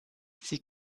sie